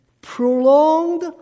prolonged